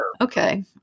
Okay